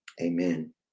Amen